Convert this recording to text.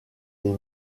les